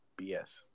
BS